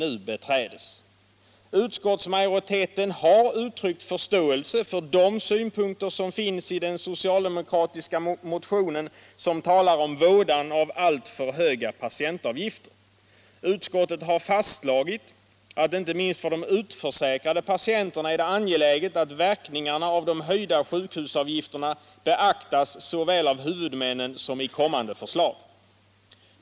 Utskottsmajoriteten har uttryckt förståelse för de synpunkter som finns i den socialdemokratiska motionen som talar om vådan av alltför höga patientavgifter. Utskottet har fastslagit att inte minst för de utförsäkrade patienterna är det angeläget att verkningarna av de höjda sjukhusavgifterna beaktas såväl av huvudmännen som i kommande förslag.